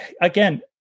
again